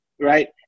Right